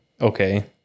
Okay